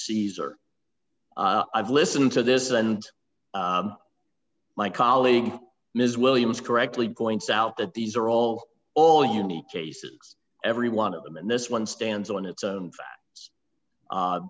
caesar i've listened to this and my colleague ms williams correctly going south that these are all all unique cases every one of them and this one stands on its own